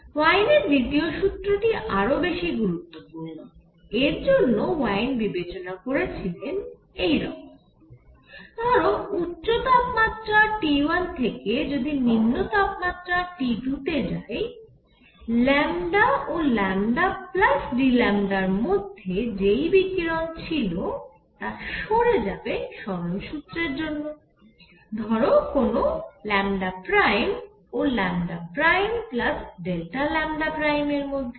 ওয়েইনের দ্বিতীয় সূত্রটি আরও বেশি গুরুত্বপূর্ণ এর জন্য ওয়েইন বিবেচনা করেছিলেন এইরকম ধরো উচ্চ তাপমাত্রা T1 থেকে যদি নিম্ন তাপমাত্রা T2 তে যাই ও Δλ র মধ্যে যেই বিকিরণ ছিল তা সরে যাবে সরণ সুত্রের জন্য ধরো কোন λ ও Δλ এর মধ্যে